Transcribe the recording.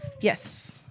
Yes